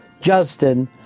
Justin